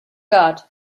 got